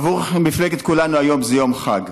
עבור מפלגת כולנו היום זה יום חג.